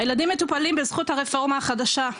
הילדים מטופלים בזכות הרפורמה החדשה,